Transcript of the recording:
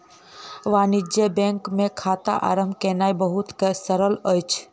वाणिज्य बैंक मे खाता आरम्भ केनाई बहुत सरल अछि